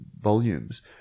volumes